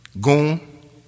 Goon